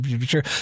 sure